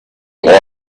know